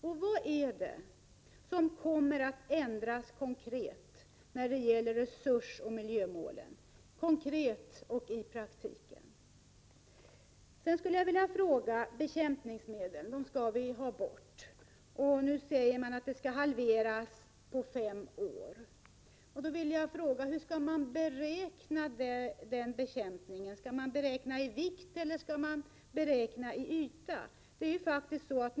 Och vad är det som kommer att ändras konkret och i praktiken när det gäller resursoch miljömålen? Bekämpningsmedlen skall vi ha bort — det sägs att användningen skall halveras på fem år. Då vill jag fråga: Hur skall användningen beräknas? Skall man göra beräkningen efter medlens vikt eller markens yta?